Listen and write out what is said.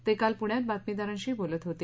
ते काल प्ण्यात बातमीदारांशी बोलत होते